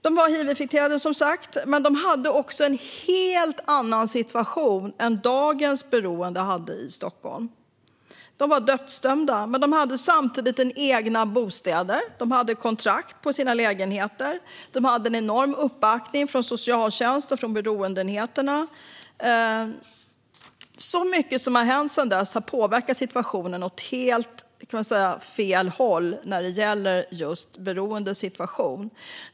De var alltså hivinfekterade, men de hade en helt annan situation än dagens beroende i Stockholm. De var dödsdömda, men de hade samtidigt egna bostäder. De hade kontrakt på sina lägenheter och en enorm uppbackning från socialtjänsten och beroendeenheterna. Det är mycket som har hänt sedan dess som har påverkat åt helt fel håll när det gäller just situationen för de beroende.